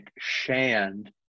Shand